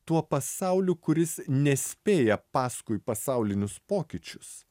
tuo pasauliu kuris nespėja paskui pasaulinius pokyčius